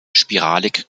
spiralig